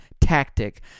tactic